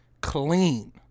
clean